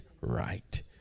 right